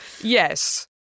Yes